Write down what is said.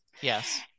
Yes